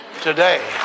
today